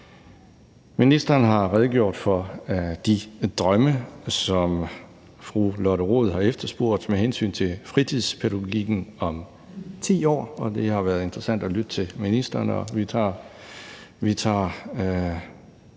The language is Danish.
Ministeren har redegjort for de drømme, som fru Lotte Rod har efterspurgt, med hensyn til fritidspædagogik om 10 år, og det har været interessant at lytte til ministeren,